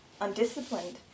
undisciplined